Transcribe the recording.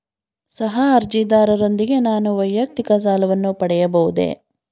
ಸಹ ಅರ್ಜಿದಾರರೊಂದಿಗೆ ನಾನು ವೈಯಕ್ತಿಕ ಸಾಲವನ್ನು ಪಡೆಯಬಹುದೇ?